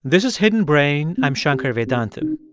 this is hidden brain. i'm shankar vedantam.